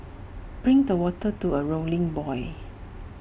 bring the water to A rolling boil